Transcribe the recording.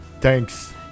Thanks